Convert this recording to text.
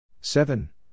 Seven